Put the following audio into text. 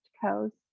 Coast